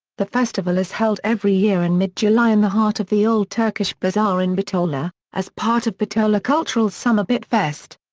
the festival is held every year in mid-july in the heart of the old turkish bazaar in bitola, as part of bitola cultural summer bit fest.